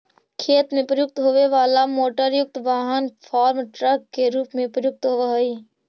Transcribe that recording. खेत में प्रयुक्त होवे वाला मोटरयुक्त वाहन फार्म ट्रक के रूप में प्रयुक्त होवऽ हई